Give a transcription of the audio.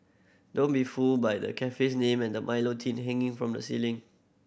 don't be fooled by the cafe's name and the Milo tin hanging from the ceiling